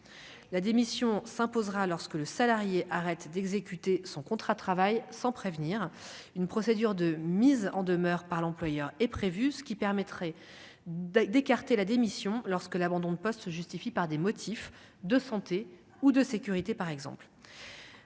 la démission s'imposera lorsque le salarié arrête d'exécuter son contrat de travail sans prévenir une procédure de mise en demeure par l'employeur est prévu, ce qui permettrait d'écarter la démission lorsque l'abandon de poste justifie par des motifs de santé ou de sécurité par exemple,